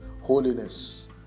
holiness